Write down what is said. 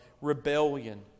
rebellion